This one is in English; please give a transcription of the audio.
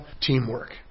teamwork